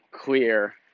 clear